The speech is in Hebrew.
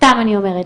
סתם אני אומרת,